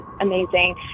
amazing